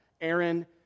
Aaron